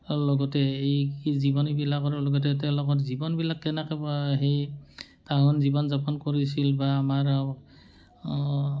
লগতে এই জীৱনীবিলাকৰ লগতে তেওঁলোকৰ জীৱনবিলাক কেনেকৈ সেই তাহোঁন জীৱন যাপন কৰিছিল বা আমাৰ